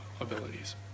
abilities